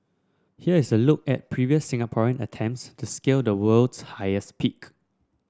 here is a look at previous Singaporean attempts to scale the world's highest peak